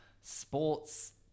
sports